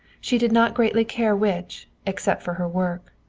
she did not greatly care which, except for her work,